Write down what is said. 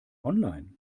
online